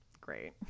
great